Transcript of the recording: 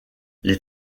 les